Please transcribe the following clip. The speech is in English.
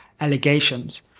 allegations